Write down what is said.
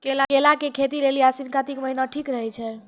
केला के खेती के लेली आसिन कातिक महीना ठीक रहै छै